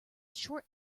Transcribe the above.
short